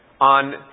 on